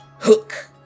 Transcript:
hook